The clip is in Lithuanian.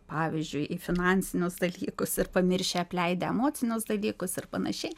pavyzdžiui į finansinius dalykus ir pamiršę apleidę emocinius dalykus ir panašiai